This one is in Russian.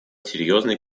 серьезный